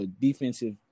defensive